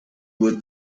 with